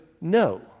no